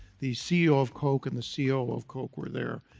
the ceo of coke and the ceo of coke were there,